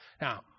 Now